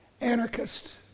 anarchist